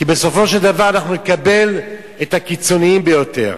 כי בסופו של דבר אנחנו נקבל את הקיצונים ביותר.